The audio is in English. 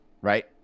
right